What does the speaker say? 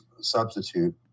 substitute